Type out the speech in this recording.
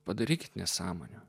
padaryti nesąmonę